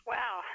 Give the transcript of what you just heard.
Wow